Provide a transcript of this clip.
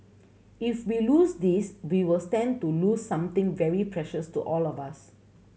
if we lose this we will stand to lose something very precious to all of us